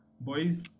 boys